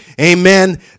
amen